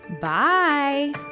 Bye